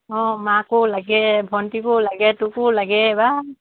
অঁ মাকো লাগে ভণ্টিকো লাগে তোকো লাগে বা